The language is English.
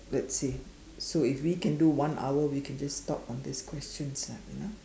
let's see so if we can do one hour we can just stop on this questions lah you know